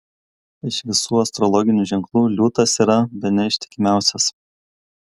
iš visų astrologinių ženklų liūtas yra bene ištikimiausias